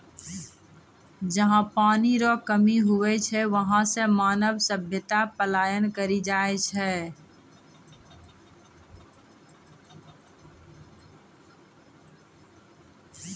जहा पनी रो कमी हुवै छै वहां से मानव सभ्यता पलायन करी जाय छै